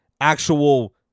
actual